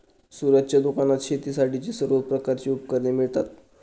सूरजच्या दुकानात शेतीसाठीची सर्व प्रकारची उपकरणे मिळतात